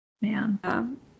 man